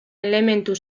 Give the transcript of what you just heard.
elementu